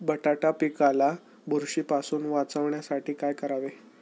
वाटाणा पिकाला बुरशीपासून वाचवण्यासाठी काय करावे?